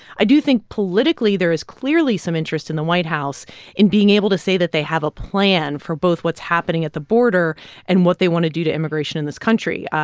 i do think politically, there is clearly some interest in the white house in being able to say that they have a plan for both what's happening at the border and what they want to do to immigration in this country.